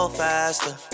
faster